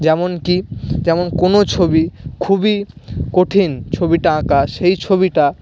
যেমন কি যেমন কোনো ছবি খুবই কঠিন ছবিটা আঁকা সেই ছবিটা